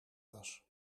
was